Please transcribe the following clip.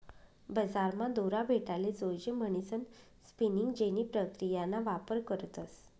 बजारमा दोरा भेटाले जोयजे म्हणीसन स्पिनिंग जेनी प्रक्रियाना वापर करतस